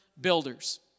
builders